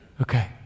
Okay